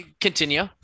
continue